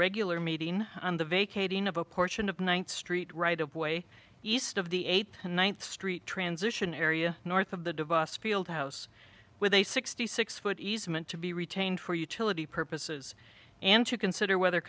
regular meeting on the vacating of a portion of ninth street right of way east of the eight one three transition area north of the device field house with a sixty six foot easement to be retained for utility purposes and to consider whether